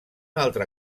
altre